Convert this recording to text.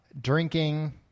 drinking